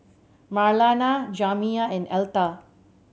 Marlana Jamiya and Elta